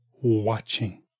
watching